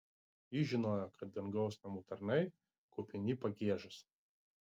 ji žinojo kad dangaus namų tarnai kupini pagiežos